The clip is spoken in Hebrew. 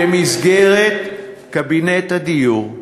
2014. במסגרת קבינט הדיור,